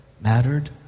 mattered